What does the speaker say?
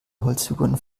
holzfiguren